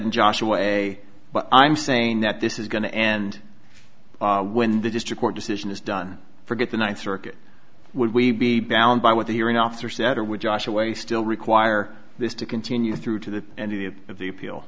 and josh away but i'm saying that this is going to end when the district court decision is done for get the ninth circuit would we be bound by what the hearing officer said or with josh away still require this to continue through to the end of the of the appeal